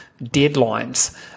deadlines